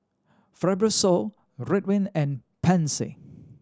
Fibrosol Ridwind and Pansy